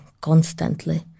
constantly